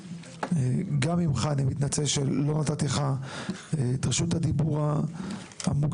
גם ממך אני מתנצל שלא נתתי לך את רשות הדיבור המוקצית,